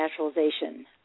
Naturalization